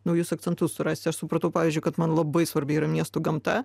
naujus akcentus surasti aš supratau pavyzdžiui kad man labai svarbi yra miesto gamta